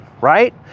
right